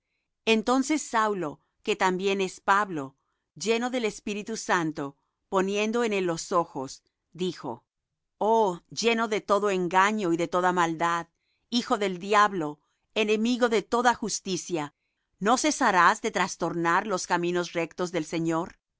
entonces saulo que también es pablo lleno del espíritu santo poniendo en él los ojos dijo oh lleno de todo engaño y de toda maldad hijo del diablo enemigo de toda justicia no cesarás de trastornar los caminos rectos del señor